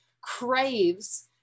craves